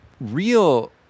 real